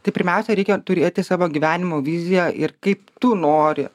tai pirmiausia reikia turėti savo gyvenimo viziją ir kaip tu nori